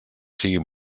siguin